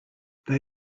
they